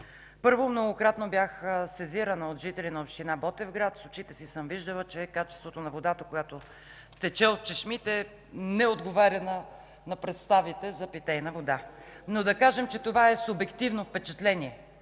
Първо, многократно бях сезирана от жителите на община Ботевград, а и с очите си съм виждала, че качеството на водата, която тече от чешмите, не отговаря на представите за питейна вода. Да кажем обаче, че това е субективно впечатление,